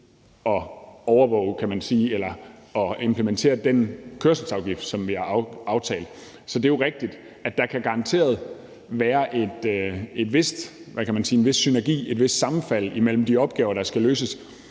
at overvåge, kan man sige, og implementere den kørselsafgift, som vi har aftalt. Så det er jo rigtigt, at der garanteret kan være en vis synergi og et vist sammenfald mellem de opgaver, der skal løses.